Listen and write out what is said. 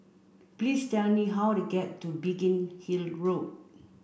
please tell me how to get to Biggin Hill Road